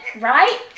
right